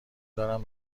دارم